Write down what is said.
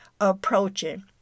approaching